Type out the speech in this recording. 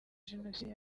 jenoside